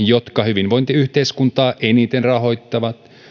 jotka hyvinvointiyhteiskuntaa eniten rahoittavat